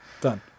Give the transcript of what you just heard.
Done